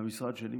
המשרד שלי,